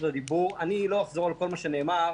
אני לא אחזור על כל מה שנאמר,